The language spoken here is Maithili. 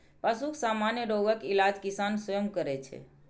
पशुक सामान्य रोगक इलाज किसान स्वयं करै छै